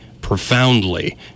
profoundly